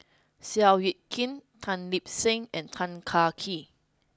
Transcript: Seow Yit Kin Tan Lip Seng and Tan Kah Kee